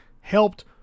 helped